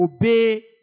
obey